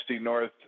North